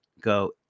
go